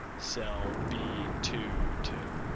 cell b two to